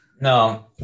No